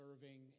serving